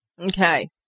Okay